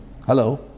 Hello